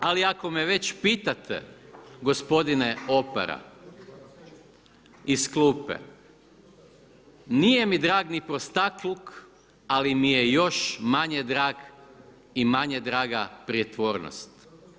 Ali ako me već pitate gospodine Opara iz klupe nije mi drag ni prostakluk, ali mi je još manje drag i manje draga prijetvornost.